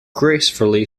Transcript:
gracefully